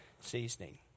seasoning